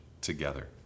together